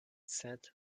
said